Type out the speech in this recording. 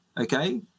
okay